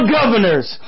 governors